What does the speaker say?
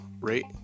rate